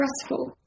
stressful